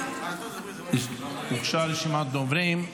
הוגשה רשימת דוברים,